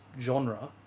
genre